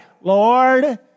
Lord